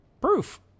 proof